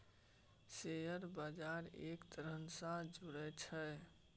share बजार एक तरहसँ जुऐ छियै